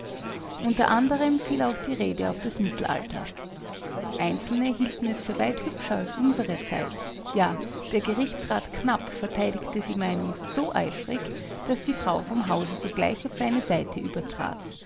unter anderem fiel auch die rede auf das mittelalter einzelne hielten es für weit hübscher als unsere zeit ja der gerichtsrat knapp verteidigte die meinung so eifrig daß die frau vom hause sogleich auf seine seite übertrat